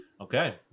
Okay